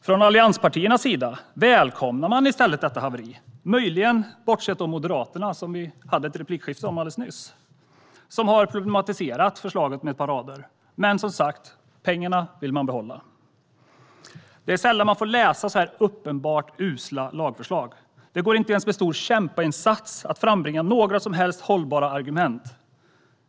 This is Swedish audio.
Från allianspartierna välkomnar man i stället detta haveri - möjligen bortsett från Moderaterna, vilket vi hörde i ett replikskifte alldeles nyss. Moderaterna har problematiserat förslaget med ett par rader, men pengarna vill man behålla. Det är sällan vi får läsa så här uppenbart usla lagförslag. Det går inte ens med en stor kämpainsats att frambringa några som helst hållbara argument.